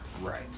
Right